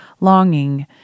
longing